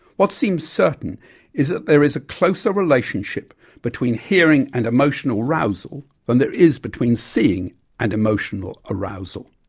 what seems certain is that there is a closer relationship between hearing and emotional arousal than there is between seeing and emotional arousal.